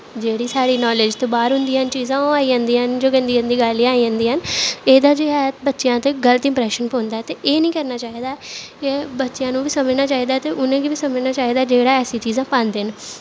जेह्ड़ी साढ़ी नालेज़ तों बाह्र होंदियां न चीजां ओह् आई जंदियां न जो गंदी गंदी गालीं आई जंदियां न एह्दे ते ऐ बच्चेआं ते गलत इंप्रैशन पौंदा ऐ ते एह् निं करना चाहिदा ऐ बच्चेआं नू बी समझना चाहिदा ऐ ते उनां नू बी समझना चाहिदा ऐ जेह्ड़े ऐसी चीजां पांदे न